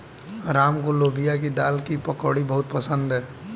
राम को लोबिया की दाल की पकौड़ी बहुत पसंद हैं